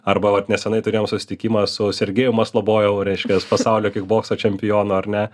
arba vat nesenai turėjom susitikimą su sergejum maslobojevu reiškias pasaulio kikbokso čempionu ar ne